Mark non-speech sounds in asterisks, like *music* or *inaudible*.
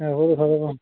*unintelligible*